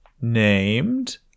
named